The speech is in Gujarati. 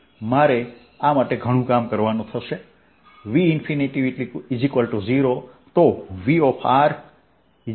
મારે આ માટે ઘણું કામ કરવું પડશે